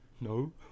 No